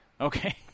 okay